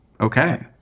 okay